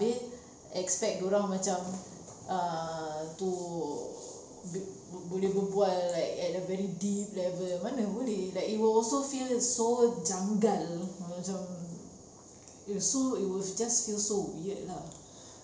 habis expect dia orang macam uh to boleh berbual like at a very deep level mana boleh like it will also feel it's so janggal macam it was so it was just feel so weird lah